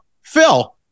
Phil